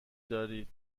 دارید